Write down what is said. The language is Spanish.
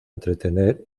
entretener